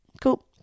Cool